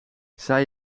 zij